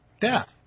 death